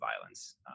violence